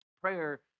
Prayer